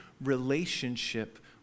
relationship